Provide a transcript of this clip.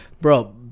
bro